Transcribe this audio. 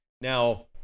Now